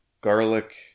garlic